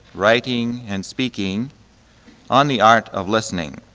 writing, and speaking on the art of listening.